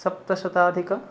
सप्तशताधिक